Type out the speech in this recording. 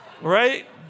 Right